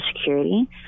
security